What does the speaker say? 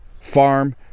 farm